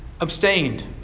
abstained